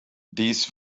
these